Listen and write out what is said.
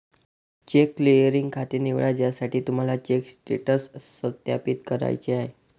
check clearing खाते निवडा ज्यासाठी तुम्हाला चेक स्टेटस सत्यापित करायचे आहे